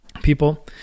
people